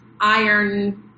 iron